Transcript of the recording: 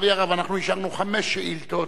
לקריאה שנייה ולקריאה שלישית,